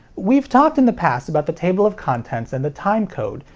we've talked in the past about the table of contents and the timecode,